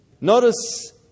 Notice